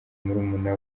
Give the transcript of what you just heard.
murumuna